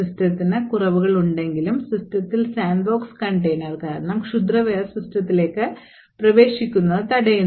സിസ്റ്റത്തിന് കുറവുകളുണ്ടെങ്കിലും സിസ്റ്റത്തിൽ സാൻഡ്ബോക്സ് കണ്ടെയ്നർ കാരണം ക്ഷുദ്രവെയർ സിസ്റ്റത്തിലേക്ക് പ്രവേശിക്കുന്നത് തടയുന്നു